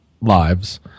lives